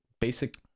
Basic